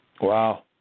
Wow